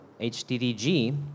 HDDG